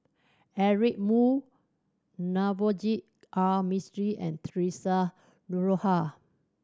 Eric Moo Navroji R Mistri and Theresa Noronha